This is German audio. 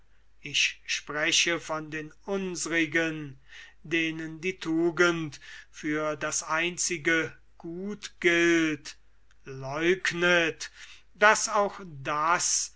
ich spreche von den unsrigen denen die tugend für das einzige gut gilt leugnet daß auch das